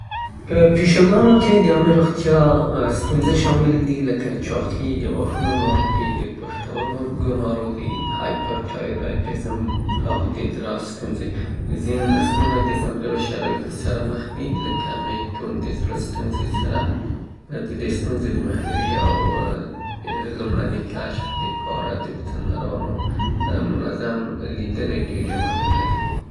په پيشوګانو کې د عامې روغتيا ستونزې شاملې دي لکه چاقي، د غاښونو ناروغي، د پښتورګو ناروغي، هايپرټايورايټېزم او د ادرار ستونزې. ځينې نسلونه د ځانګړو شرايطو سره مخ دي لکه مېتون د زړه ستونزې سره. د دې ستونزې د مخنيوي او د لومړني کشف د پاره د وترنرانو منظم ليدنې ډېرې مهمه دي.